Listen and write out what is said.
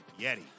Yeti